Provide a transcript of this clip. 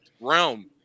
realm